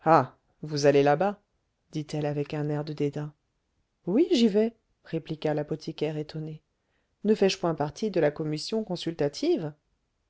vous allez là-bas dit-elle avec un air de dédain oui j'y vais répliqua l'apothicaire étonné ne fais-je point partie de la commission consultative